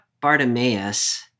Bartimaeus